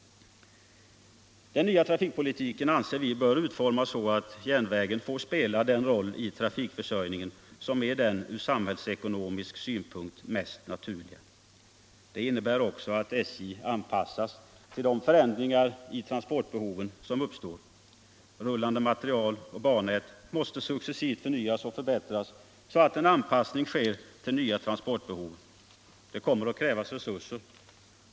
Den nya trafikpolitiken anser vi bör utformas så att järnvägen får spela den roll i trafikförsörjningen som är den från samhällsekonomisk synpunkt mest naturliga. Det innebär också att SJ anpassas till de förändringar av transportbehoven som uppstår. Rullande materiel och bannät måste successivt förnyas och förbättras, så att en anpassning sker till nya transportbehov. Det kommer att krävas resurser.